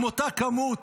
עם אותה כמות.